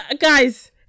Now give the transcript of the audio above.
guys